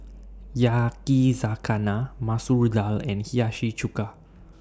Yakizakana Masoor Dal and Hiyashi Chuka